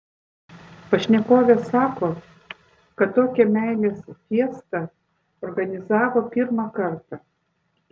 pašnekovė sako kad tokią meilės fiestą organizavo pirmą kartą